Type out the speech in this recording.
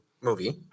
movie